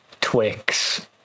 Twix